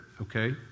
Okay